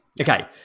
Okay